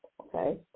okay